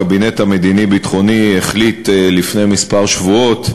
הקבינט המדיני-ביטחוני החליט לפני כמה שבועות,